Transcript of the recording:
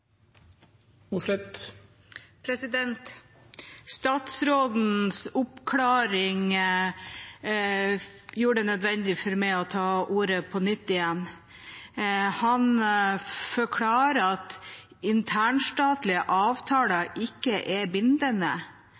for øvrig. Statsrådens oppklaring gjør det nødvendig for meg å ta ordet på nytt igjen. Han forklarer at internstatlige avtaler ikke er bindende,